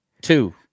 two